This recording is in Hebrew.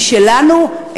היא שלנו,